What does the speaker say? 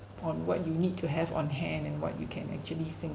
on what you need to have on hand and what you can actually sink